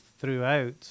throughout